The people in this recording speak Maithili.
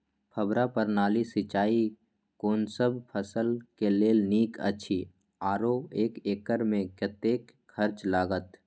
फब्बारा प्रणाली सिंचाई कोनसब फसल के लेल नीक अछि आरो एक एकर मे कतेक खर्च लागत?